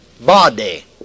body